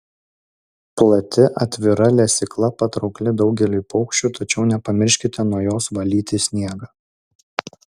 plati atvira lesykla patraukli daugeliui paukščių tačiau nepamirškite nuo jos valyti sniegą